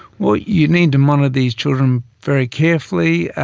well, you need to monitor these children very carefully.